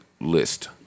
list